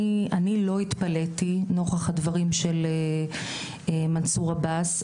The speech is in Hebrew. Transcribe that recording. אני לא התפלאתי נוכח הדברים של מנצור אבאס,